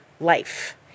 life